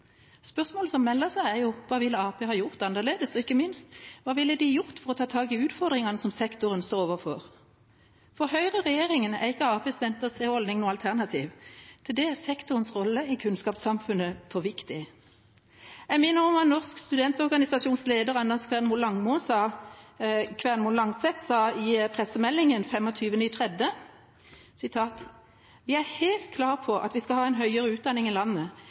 Spørsmålet som melder seg, er hva Arbeiderpartiet ville gjort annerledes, og – ikke minst – hva de ville gjort for å ta tak i utfordringene sektoren står overfor. For Høyre og regjeringa er ikke Arbeiderpartiets vente-og-se-holdning noe alternativ. Til det er sektorens rolle i kunnskapssamfunnet for viktig. Jeg minner om hva Norsk studentorganisasjons leder, Anders Kvernmo Langset, sa i pressemeldinga 25. mars: «Vi er helt klare på at vi skal ha høyere utdanning over hele landet,